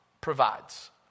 provides